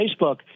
Facebook